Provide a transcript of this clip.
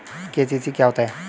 KCC क्या होता है?